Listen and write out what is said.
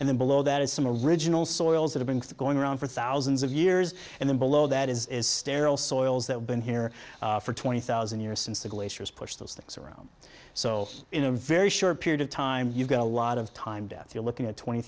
and then below that is some original soils that have been going around for thousands of years and then below that is sterile soils that have been here for twenty thousand years since the glaciers pushed those things around so in a very short period of time you've got a lot of time death you're looking at twenty